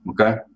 Okay